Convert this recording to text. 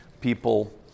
people